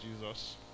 Jesus